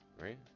right